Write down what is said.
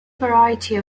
variety